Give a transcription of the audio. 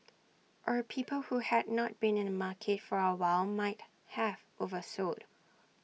or people who had not been in the market for A while might have oversold